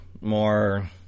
more